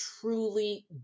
truly